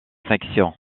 sections